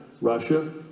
Russia